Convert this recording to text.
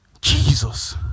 jesus